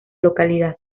localidad